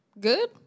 good